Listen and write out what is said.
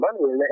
money